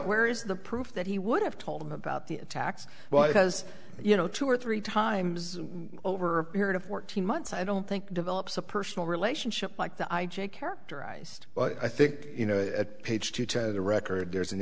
where is the proof that he would have told them about the attacks well because you know two or three times over a period of fourteen months i don't think develops a personal relationship like the i j a characterized but i think you know at page two to the record there's an